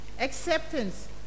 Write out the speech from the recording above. acceptance